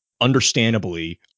understandably